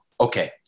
Okay